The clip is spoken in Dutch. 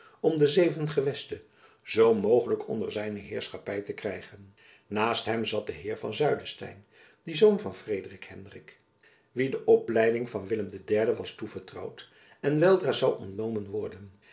om de zeven gewesten zoo mogelijk onder zijne heerschappy te krijgen naast hem zat de heer van zuylestein die zoon van frederik hendrik wien de opleiding van willem iii was toevertrouwd en weldra zoû ontnomen worden